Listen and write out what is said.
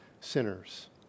sinners